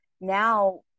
now